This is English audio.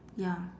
ya